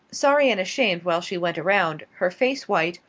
sorry and ashamed while she went around, her face white,